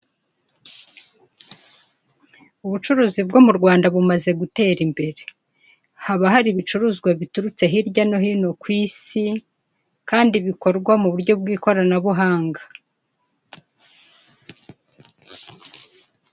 Ubucuruzi bwo m'u Rwanda bumaze gutera imbere haba hari ibicuruzwa biturutse hirya no hino kw'isi kandi bikorwa mu buryo bw'ikorana buhanga.